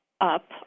up